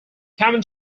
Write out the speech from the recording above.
common